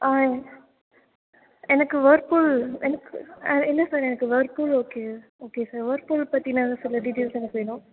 எனக்கு வேர்பூல் எனக்கு இல்லை சார் எனக்கு Whirlpool okay okay sir Whirlpool பற்றின சில டீடெயில்ஸ் எனக்கு வேணும்